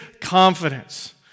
confidence